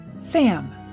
Sam